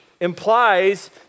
implies